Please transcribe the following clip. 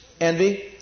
envy